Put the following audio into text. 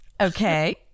Okay